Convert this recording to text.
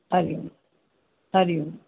Hari Om Hari Om